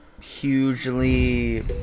hugely